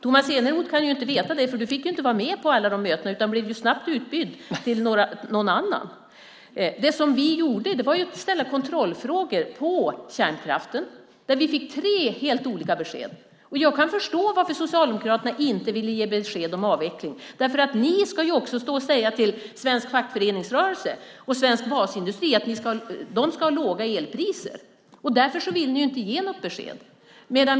Tomas Eneroth kan inte veta det, för han fick inte vara med på alla möten utan blev snabbt utbytt mot någon annan. Det vi gjorde var att ställa kontrollfrågor om kärnkraften. Vi fick tre helt olika besked. Jag kan förstå varför Socialdemokraterna inte ville ge besked om avveckling. Ni ska ju också stå och säga till svensk fackföreningsrörelse och svensk basindustri att de ska ha låga elpriser. Därför vill ni inte ge något besked.